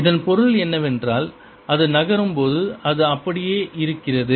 இதன் பொருள் என்னவென்றால் அது நகரும்போது அது அப்படியே இருக்கிறது